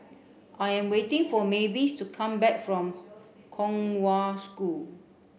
I am waiting for Mavis to come back from Kong Hwa School